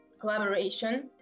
collaboration